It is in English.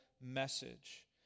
message